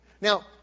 Now